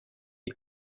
les